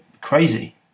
crazy